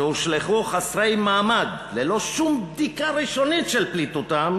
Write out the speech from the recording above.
שהושלכו חסרי מעמד ללא שום בדיקה ראשונית של פליטוּתם